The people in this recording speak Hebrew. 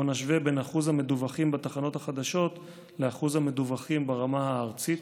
שבו נשווה בין אחוז המדווחים בתחנות החדשות לאחוז המדווחים ברמה הארצית.